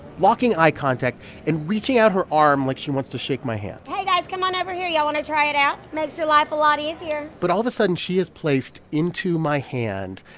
locking eye contact and reaching out her arm like she wants to shake my hand hey, guys. come on over here. y'all want to try it out? makes your life a lot easier but all of a sudden, she has placed into my hand,